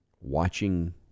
watching